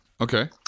Okay